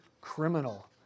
criminal